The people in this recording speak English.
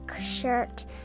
Shirt